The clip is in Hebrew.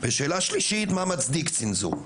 ושאלה שלישית, מה מצדיק צנזור?